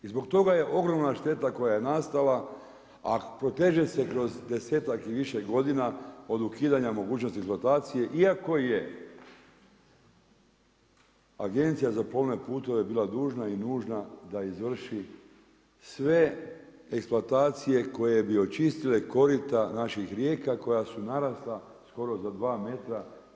I zbog toga je ogromna šteta koja je nastala, a proteže se kroz desetak i više godina od ukidanja mogućnosti eksploatacije iako je Agencija za plovne putove bila dužna i nužna da izvrši sve eksploatacije koje bi očistile korita naših rijeka koja su narasla skoro za dva metra.